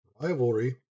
rivalry